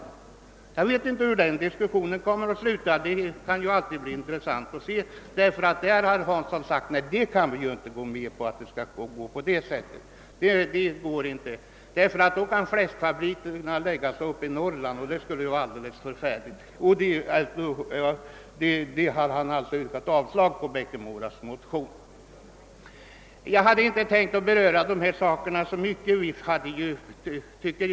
Det kan bli intressant att se hur den diskussionen kommer att sluta, ty herr Hansson har sagt att han inte kan gå med på det förslaget. Då skulle ju fläskfabrikerna kunna förläggas till Norrland, vilket vore alldeles förfärligt. Han har därför yrkat avslag på herr Erikssons i Bäckmora motion. Jag skall nu inte säga så mycket om dessa frågor.